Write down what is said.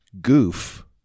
Goof